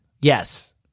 Yes